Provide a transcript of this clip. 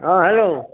অঁ হেল্ল'